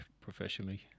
professionally